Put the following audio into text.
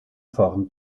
form